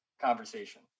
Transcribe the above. conversation